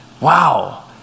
wow